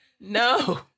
No